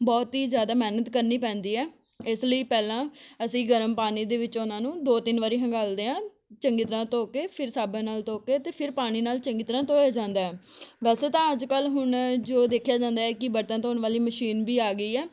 ਬਹੁਤ ਹੀ ਜ਼ਿਆਦਾ ਮਿਹਨਤ ਕਰਨੀ ਪੈਂਦੀ ਹੈ ਇਸ ਲਈ ਪਹਿਲਾਂ ਅਸੀਂ ਗਰਮ ਪਾਣੀ ਦੇ ਵਿੱਚੋਂ ਉਹਨਾਂ ਨੂੰ ਦੋ ਤਿੰਨ ਵਾਰੀ ਹੰਗਾਲਦੇ ਹਾਂ ਚੰਗੀ ਤਰ੍ਹਾਂ ਧੋ ਕੇ ਫਿਰ ਸਾਬਣ ਨਾਲ ਧੋ ਕੇ ਅਤੇ ਫਿਰ ਪਾਣੀ ਨਾਲ ਚੰਗੀ ਤਰ੍ਹਾਂ ਧੋਇਆ ਜਾਂਦਾ ਹੈ ਵੈਸੇ ਤਾਂ ਅੱਜ ਕੱਲ੍ਹ ਹੁਣ ਜੋ ਦੇਖਿਆ ਜਾਂਦਾ ਹੈ ਕਿ ਬਰਤਨ ਧੋਣ ਵਾਲੀ ਮਸ਼ੀਨ ਵੀ ਆ ਗਈ ਹੈ